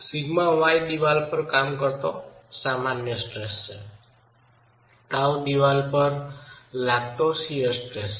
σy દિવાલ પર કામ કરતો સામાન્ય સ્ટ્રેસ છે τ દિવાલ પર કાર્યરત શિઅર સ્ટ્રેસ છે